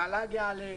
התל"ג יעלה,